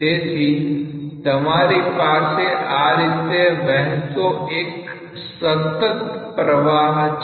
તેથી તમારી પાસે આ રીતે વહેતો એક સતત પ્રવાહ છે